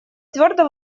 твердо